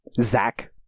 Zach